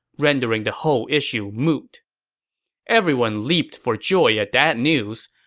rendering the whole issue moot everyone leaped for joy at that news.